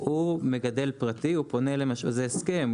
הוא מגדל פרטי, זה הסכם.